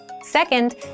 Second